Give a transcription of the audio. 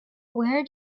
where